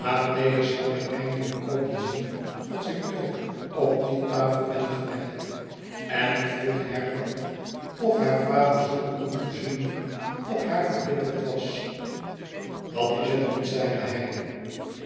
zal mij eindelijk komen zien als ik dood op die tafel ben gelegd en ik vroeg herbert of haar vader zoo onverzoenlijk op haar verbitterd was dat is het niet zeide hij